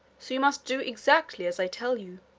so you must do exactly as i tell you.